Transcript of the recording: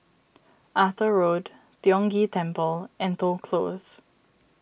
Arthur Road Tiong Ghee Temple and Toh Close